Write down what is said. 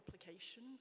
application